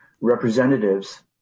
representatives